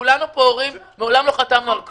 כולנו פה הורים, מעולם לא חתמנו על כלום.